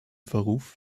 verruf